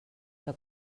que